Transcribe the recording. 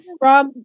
Rob